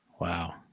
Wow